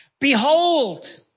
Behold